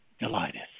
delighteth